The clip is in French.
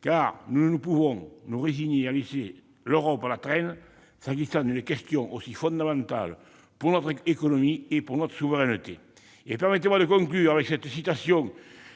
car nous ne pouvons nous résigner à laisser l'Europe à la traîne, s'agissant d'une question aussi fondamentale pour notre économie et pour notre souveraineté. Permettez-moi de conclure mon propos avec une citation